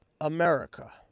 america